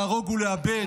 להרוג ולאבד.